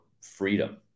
freedom